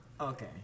okay